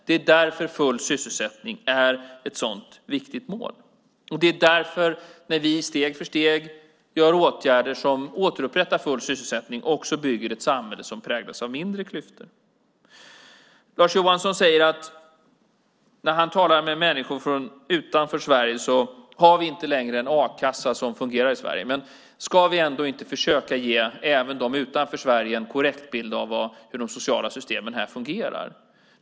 Det är därför full sysselsättning är ett viktigt mål. Det är därför som vi när vi steg för steg gör åtgärder som återupprättar full sysselsättning också bygger ett samhälle som präglas av mindre klyftor. När Lars Johansson talar med människor utanför Sverige säger han att Sverige inte längre har en a-kassa som fungerar. Ska vi ändå inte försöka ge även dem utanför Sverige en korrekt bild av hur våra sociala system fungerar?